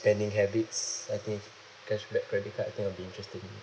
spending habits I think cashback credit card I think it'll be interesting